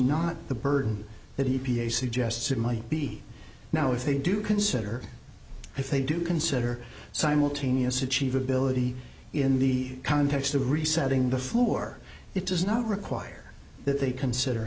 not the burden that he suggests it might be now if they do consider if they do consider simultaneous achievability in the context of resetting the floor it does not require that they consider